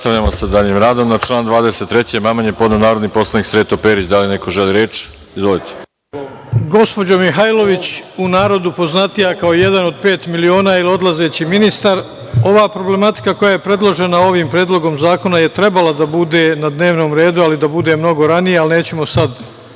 Nastavljamo sa daljim radom. Na član 23. amandman je podneo narodni poslanik Sreto Perić. Da li neko želi reč? Izvolite. **Sreto Perić** Gospođo Mihajlović, u narodu poznatija kao jedan od pet miliona ili odlazeći ministar, ova problematika koja je predložena ovim predlogom zakona je trebala da bude na dnevnom redu, ali da bude mnogo ranije, ali nećemo sad,